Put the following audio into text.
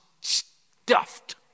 stuffed